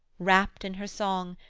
rapt in her song,